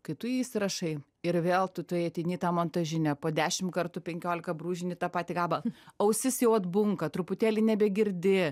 kai tu jį įsirašai ir vėl tu tu ateini į tą montažinę po dešim kartų penkiolika brūžini tą patį gabalą ausis jau atbunka truputėlį nebegirdi